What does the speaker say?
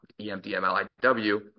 EMDMLIW